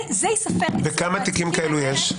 זה ייספר --- כמה תיקים כאלה יש?